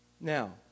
Now